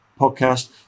podcast